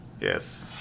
Yes